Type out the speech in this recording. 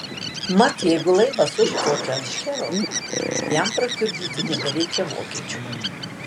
mat jeigu laivas užplaukia ant šchero jam prakiurdyti nebereikia vokiečių